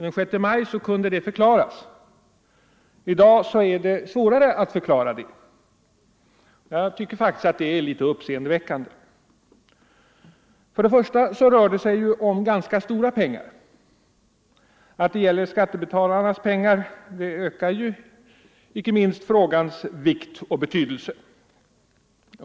Den 6 maj kunde det förklaras, men i dag är det svårare. Jag tycker faktiskt att detta är litet uppseendeväckande. För det första rör det sig om ganska stora pengar. Att det gäller skattebetalarnas pengar ökar frågans vikt och betydelse.